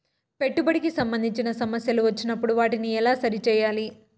పెట్టుబడికి సంబంధించిన సమస్యలు వచ్చినప్పుడు వాటిని ఎలా సరి చేయాలి?